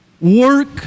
work